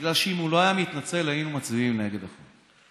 בגלל שאם הוא לא היה מתנצל היינו מצביעים נגד החוק,